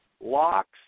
locks